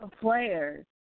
Players